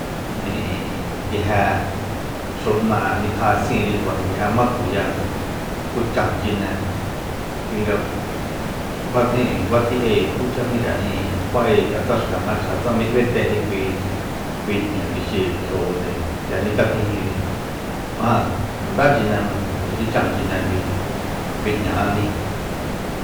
Ijin nguije xu'na'e nikja'asíinri ku ja nguijema tkuya ku chan chine kui nga fa iji fati'e kucha m'íre iji kjua'e tsa xka nachja tsa mi b'eteji kui- kui jña kixi tjionde k'ia nikatjijínri máadre ja nda chine najmi tuxi chan chine kui- kui jña aníi